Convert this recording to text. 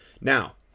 Now